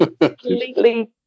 Completely